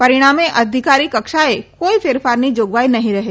પરિણામે અધિકારી કક્ષાએ કોઈ ફેરફારની જાગવાઈ નહીં રહે